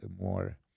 more